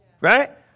Right